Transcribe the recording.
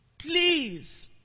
please